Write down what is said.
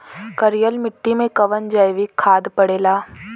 करइल मिट्टी में कवन जैविक खाद पड़ेला?